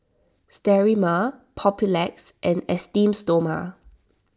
Sterimar Papulex and Esteem Stoma